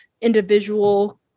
individual